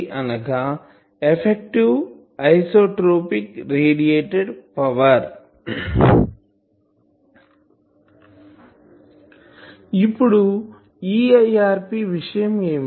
అనగా effective isotropic radiated power ఇప్పుడు EIRP విషయం ఏమిటి